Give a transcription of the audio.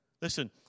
Listen